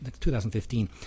2015